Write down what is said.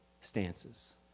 stances